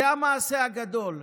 זה המעשה הגדול,